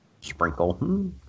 sprinkle